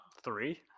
Three